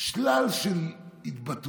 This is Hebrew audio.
אלה שלל של התבטאויות,